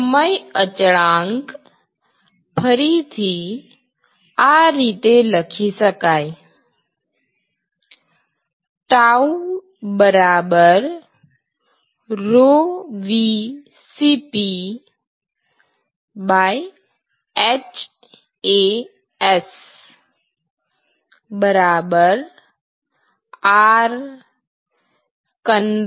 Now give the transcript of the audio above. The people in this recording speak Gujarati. સમય અચળાંક ફરીથી આ રીતે લખી શકાય τ ρVCphAs Rconv